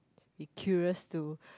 be curious to